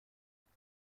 قسمت